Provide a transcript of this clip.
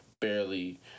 barely